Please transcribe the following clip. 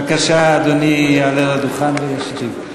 בבקשה, אדוני יעלה על הדוכן וישיב.